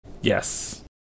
Yes